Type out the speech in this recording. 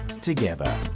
together